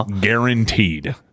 Guaranteed